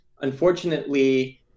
unfortunately